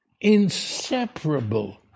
inseparable